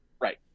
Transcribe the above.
Right